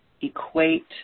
equate –